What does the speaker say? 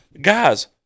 Guys